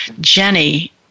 Jenny